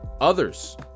Others